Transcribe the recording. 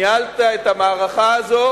ניהלת את המערכה הזאת